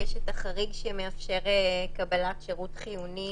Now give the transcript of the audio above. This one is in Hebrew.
כי יש את החריג שמאפשר קבלת שירות חיוני